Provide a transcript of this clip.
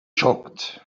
shocked